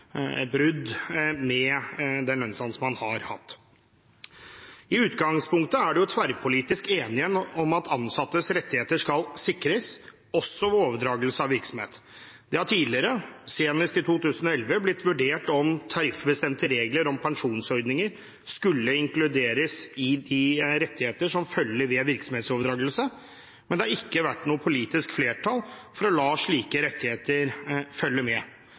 et brudd med den lønnsdannelsen man har hatt. I utgangspunktet er det tverrpolitisk enighet om at ansattes rettigheter skal sikres, også ved overdragelse av virksomhet. Det har tidligere, senest i 2011, blitt vurdert om tariffbestemte regler om pensjonsordninger skulle inkluderes i de rettigheter som følger ved virksomhetsoverdragelse, men det har ikke vært noe politisk flertall for å la slike rettigheter følge med,